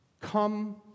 Come